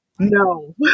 no